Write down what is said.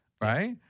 Right